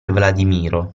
vladimiro